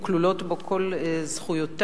כלולות בו כל זכויותיו,